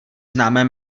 známé